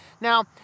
Now